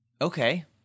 Okay